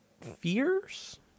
fears